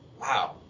Wow